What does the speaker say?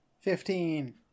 Fifteen